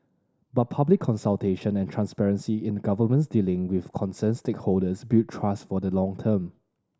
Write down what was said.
but public consultation and transparency in the government's dealing with concerned stakeholders build trust for the long term